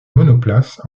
monoplace